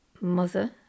mother